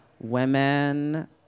women